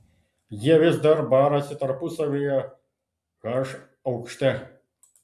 jie vis dar barasi tarpusavyje h aukšte